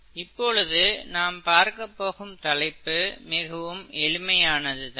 இப்பொழுது நாம் பார்க்கப்போகும் தலைப்பு மிகவும் எளிமையானதுதான்